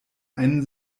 einen